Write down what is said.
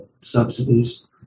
subsidies